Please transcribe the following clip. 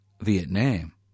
Vietnam